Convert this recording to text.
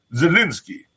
Zelensky